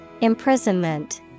Imprisonment